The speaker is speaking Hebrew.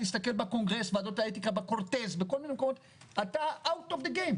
תסתכל בקונגרס אתה out of the game,